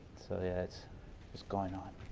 so yeah, it's it's going on.